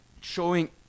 showing